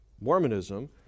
Mormonism